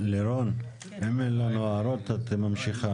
לירון, אם אין לנו הערות את ממשיכה.